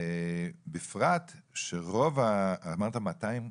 בפרט שרוב האמרת 200?